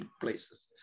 places